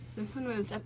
this one was,